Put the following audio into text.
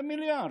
זה מיליארד.